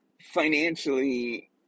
financially